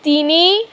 তিনি